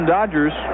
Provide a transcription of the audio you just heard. Dodgers